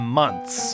months